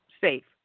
safe